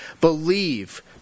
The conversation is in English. believe